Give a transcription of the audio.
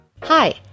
Hi